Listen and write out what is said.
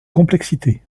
complexité